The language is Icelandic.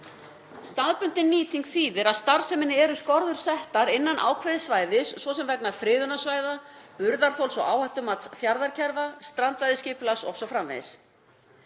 Staðbundin nýting þýðir að starfseminni eru skorður settar innan ákveðins svæðis, svo sem vegna friðunarsvæða, burðarþols og áhættumats fjarðarkerfa, strandveiðiskipulags o.s.frv.